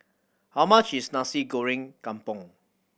how much is Nasi Goreng Kampung